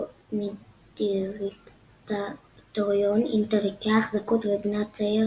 קמפראד מדירקטוריון אינטר איקאה אחזקות ובנו הצעיר